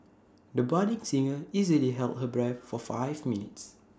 the budding singer easily held her breath for five minutes